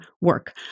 work